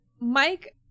Mike